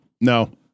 No